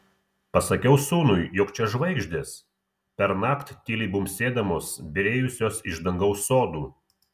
pasakiau sūnui jog čia žvaigždės pernakt tyliai bumbsėdamos byrėjusios iš dangaus sodų